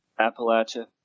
Appalachia